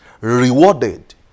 rewarded